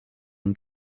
ont